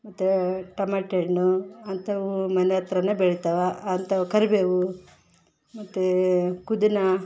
ಮತ್ತು ಟಮಟೆಣ್ಣು ಅಂಥವು ಮನೆ ಹತ್ರನೇ ಬೆಳಿತವೆ ಅಂಥವ್ ಕರಿಬೇವು ಮತ್ತು ಪುದಿನ